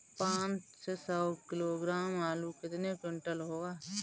पाँच सौ किलोग्राम आलू कितने क्विंटल होगा?